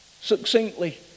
succinctly